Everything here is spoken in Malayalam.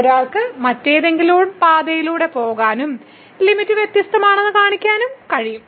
ഒരാൾക്ക് മറ്റെന്തെങ്കിലും പാതയിലൂടെ പോകാനും ലിമിറ്റ് വ്യത്യസ്തമാണെന്ന് കാണിക്കാനും കഴിയും